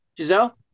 Giselle